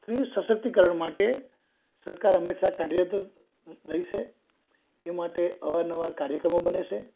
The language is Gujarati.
સ્ત્રીઓ સશકિતકારણ માટે સરકાર હંમેશા કાર્યરત રહી છે એ માટે અવારનવાર કાર્યક્રમો બને છે